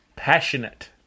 passionate